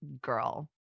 girl